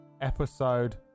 Episode